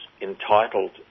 entitled